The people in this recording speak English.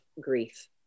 grief